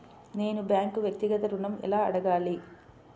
నేను బ్యాంక్ను వ్యక్తిగత ఋణం ఎలా అడగాలి?